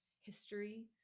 history